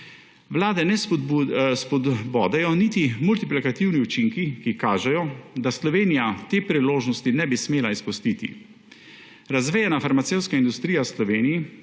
Vlade ne spodbodejo niti multiplikativni učinki, ki kažejo, da Slovenija te priložnosti ne bi smela izpustiti. Razvejana farmacevtska industrija v Sloveniji